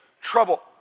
trouble